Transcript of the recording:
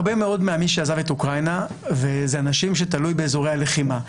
הרבה מאוד ממי שעזב את אוקראינה זה אנשים שתלוי באזורי הלחימה.